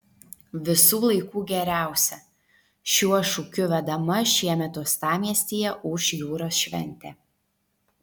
visų laikų geriausia šiuo šūkiu vedama šiemet uostamiestyje ūš jūros šventė